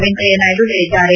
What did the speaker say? ವೆಂಕಯ್ಯ ನಾಯ್ಡು ಹೇಳಿದ್ದಾರೆ